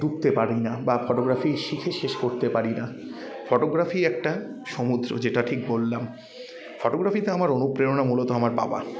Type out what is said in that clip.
ডুবতে পারি না বা ফটোগ্রাফি শিখে শেষ করতে পারি না ফটোগ্রাফি একটা সমুদ্র যেটা ঠিক বললাম ফটোগ্রাফিতে আমার অনুপ্রেরণা মূলত আমার বাবা